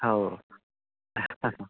हाे